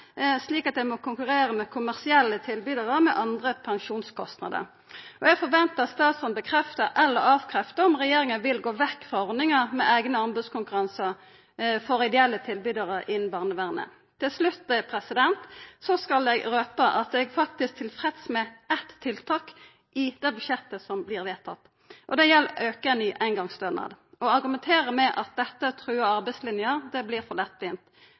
slik at ein må konkurrera med kommersielle tilbydarar som har andre pensjonskostnader. Eg forventar at statsråden stadfestar eller avkreftar om regjeringa vil gå vekk frå ordninga med eigne anbodskonkurransar for ideelle tilbydarar innan barnevernet. Til slutt skal eg røpa at eg faktisk er tilfreds med eitt tiltak i dette budsjettet, som vert vedteke. Det gjeld auken i eingongsstønad. Det å argumentera med at dette truar arbeidslinja, blir for lettvint.